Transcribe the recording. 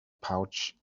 pouch